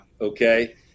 Okay